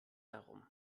darum